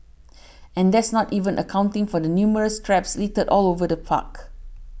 and that's not even accounting for the numerous traps littered all over the park